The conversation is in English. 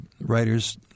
writers